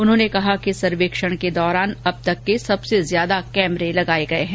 उन्होंने कहा कि सर्वेक्षण के दौरान अब तक के सबसे ज्यादा कैमरे लगाए गए हैं